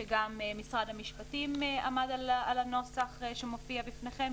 שגם משרד המשפטים עמד על הנוסח שמופיע בפניכם,